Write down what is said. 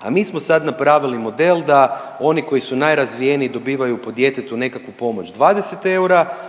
A mi smo sad napravili model da oni koji su najrazvijeniji dobivaju po djetetu nekakvu pomoć 20 eura,